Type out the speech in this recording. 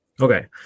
Okay